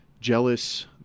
jealous